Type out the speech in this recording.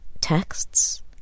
texts